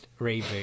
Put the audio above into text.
reboot